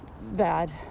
bad